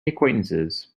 acquaintances